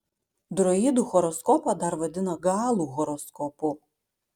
druidų horoskopą dar vadina galų horoskopu